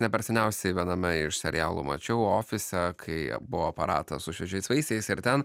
ne per seniausiai viename iš serialų mačiau ofise kai buvo aparatas su šviežiais vaisiais ir ten